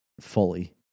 fully